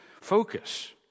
focus